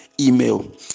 email